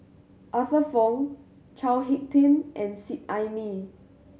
Arthur Fong Chao Hick Tin and Seet Ai Mee